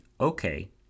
okay